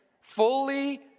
fully